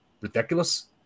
ridiculous